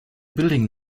building